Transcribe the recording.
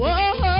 Whoa